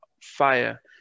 fire